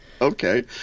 Okay